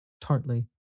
tartly